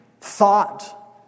thought